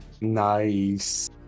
Nice